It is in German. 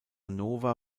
nova